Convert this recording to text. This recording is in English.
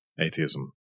atheism